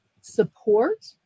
support